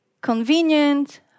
convenient